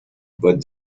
but